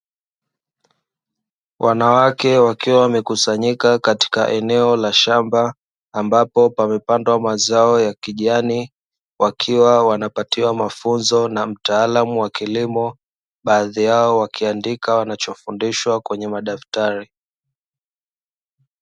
Wanawake wakiwa wamekusanyika katika eneo la shamba ambapo pamepandwa mazao ya kijani wakiwa wanapatiwa mafunzo na mtaalamu wa kilimo baadhi yao wakiandika wanachofundishwa kwenye madaftari.